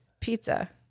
pizza